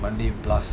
monday plus